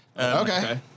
Okay